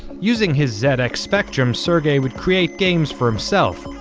using his zx like spectrum, sergey would create games for himself.